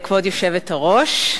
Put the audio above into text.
כבוד היושבת-ראש,